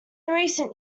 recent